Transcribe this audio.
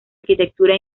arquitectura